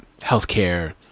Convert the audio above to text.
healthcare